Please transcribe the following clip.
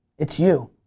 it's you.